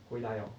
回来 orh